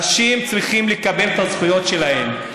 אנשים צריכים לקבל את הזכויות שלהם.